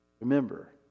Remember